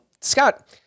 Scott